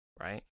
right